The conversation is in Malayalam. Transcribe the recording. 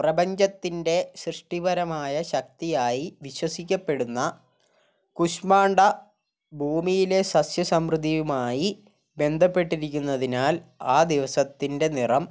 പ്രപഞ്ചത്തിൻ്റെ സൃഷ്ടിപരമായ ശക്തിയായി വിശ്വസിക്കപ്പെടുന്ന കുശ്മാണ്ഡ ഭൂമിയിലെ സസ്യ സമൃദ്ധിയുമായി ബന്ധപ്പെട്ടിരിക്കുന്നതിനാൽ ആ ദിവസത്തിൻ്റെ നിറം